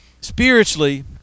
spiritually